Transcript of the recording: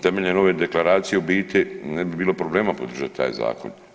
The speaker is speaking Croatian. Temeljem ove deklaracije u biti ne bi bilo problema podržat taj zakon.